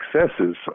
successes